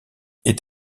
est